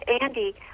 Andy